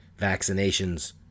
vaccinations